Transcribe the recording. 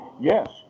yes